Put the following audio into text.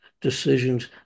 decisions